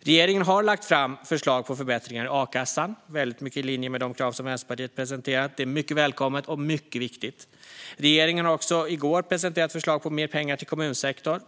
Regeringen har lagt fram förslag på förbättringar i a-kassan, väldigt mycket i linje med de krav som Vänsterpartiet presenterat. Det är mycket välkommet och mycket viktigt. Regeringen presenterade i går förslag på mer pengar till kommunsektorn.